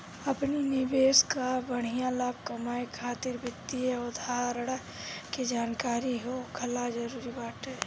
अपनी निवेश कअ बढ़िया लाभ कमाए खातिर वित्तीय अवधारणा के जानकरी होखल जरुरी बाटे